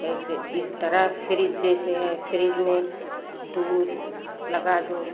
ऐसे इस तरह फ्रिज जैसे है फ्रिज में दूध लगा दो